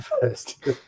first